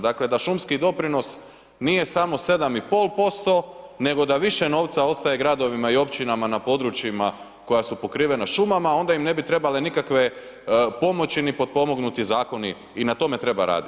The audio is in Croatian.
Dakle, da šumski doprinos nije samo 7,5% nego da više novca ostaje gradovima i općinama na područjima koja su pokrivena šumama, onda im ne bi trebale nikakve pomoći ni potpomognuti zakoni i na tome treba raditi.